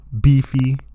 Beefy